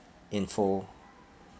info